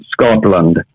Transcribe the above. Scotland